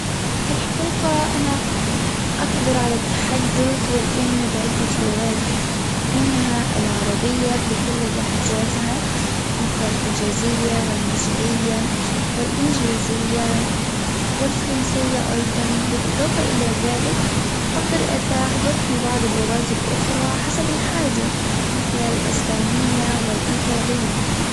في الحقيقة أتا أقدر على التحدث والفهم بعدة لغات، منها العربية بكل لهجاتها مثل الحجازية والنجدية والإنجليزية والفرنسية أيضًا بالإضافة إلى ذلك أقدر أساعدك في بعض اللغات الأخرى حسب الحاجة، مثل الأسبانية والإيطالية.